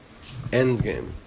endgame